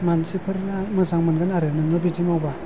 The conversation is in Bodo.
मानसिफोरा मोजां मोनगोन आरो नोङो बिदि मावबा